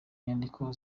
nyandiko